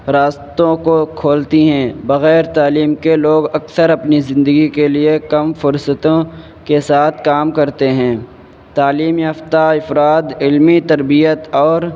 راستوں کو کھولتی ہیں بغیر تعلیم کے لوگ اکثر اپنی زندگی کے لیے کم فرصتوں کے ساتھ کام کرتے ہیں تعلیم یافتہ افراد علمی تربیت اور